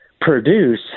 produce